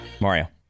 Mario